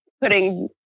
putting